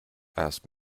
asked